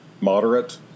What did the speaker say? moderate